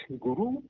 guru